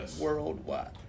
worldwide